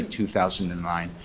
two thousand and nine,